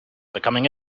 becoming